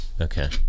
okay